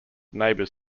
neighbours